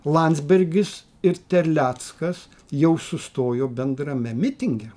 landsbergis ir terleckas jau sustojo bendrame mitinge